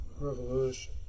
revolution